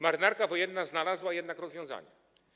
Marynarka Wojenna znalazła jednak rozwiązanie.